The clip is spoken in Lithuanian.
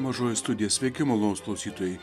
mažoji studija sveiki malonūs klausytojai